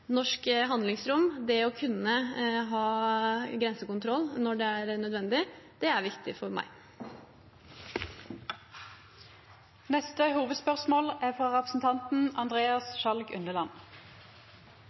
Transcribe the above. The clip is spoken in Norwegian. norsk handlingsrom og det å kunne ha grensekontroll når det er nødvendig – det er viktig for meg. Me går vidare til neste